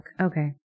okay